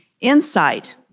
Insight